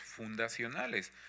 fundacionales